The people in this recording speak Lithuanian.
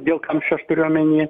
dėl kamščių aš turiu omeny